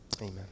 amen